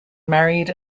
married